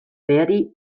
berry